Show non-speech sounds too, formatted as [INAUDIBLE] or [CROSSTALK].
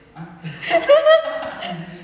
[LAUGHS]